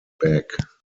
back